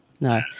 No